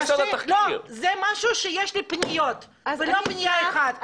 זה משהו שיש לי פניות ולא פנייה אחת.